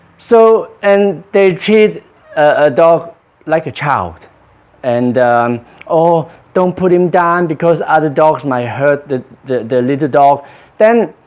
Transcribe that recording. so and they treat a dog like a child and oh don't put him down because other dogs might hurt the the little dog then